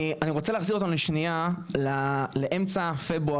אני רוצה להחזיר אותנו לשנייה לאמצע פברואר,